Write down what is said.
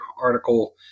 article